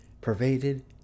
pervaded